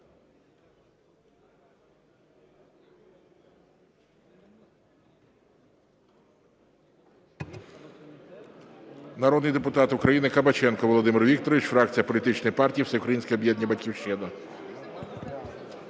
Народний депутат України Кабаченко Володимир Вікторович, фракція політичної партії Всеукраїнське об’єднання "Батьківщина".